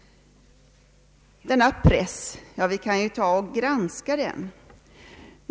Vi kan ta och granska denna press.